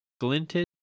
glinted